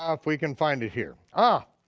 um if we can find it here, ah.